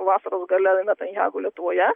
vasaros gale natanyahu lietuvoje